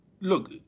look